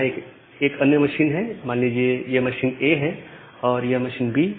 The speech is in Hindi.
यहां एक अन्य मशीन है मान लीजिए यह मशीन A है और यह मशीन B